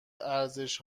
ارزش